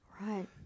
Right